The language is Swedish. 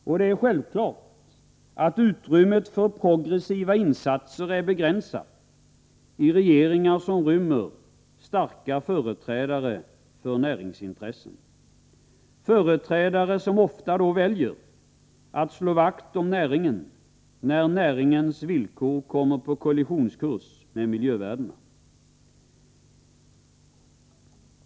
Och det är självklart att utrymmet för progressiva insatser är begränsat i regeringar som rymmer starka företrädare för näringsintressena, företrädare som ofta väljer att slå vakt om näringen, när näringens villkor kommer på kollissionskurs med miljövärdena.